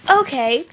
okay